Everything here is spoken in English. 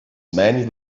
many